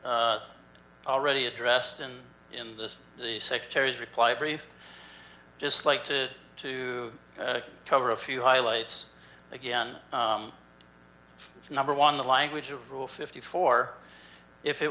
already addressed and in this the secretary's reply brief just like to to cover a few highlights again number one the language of rule fifty four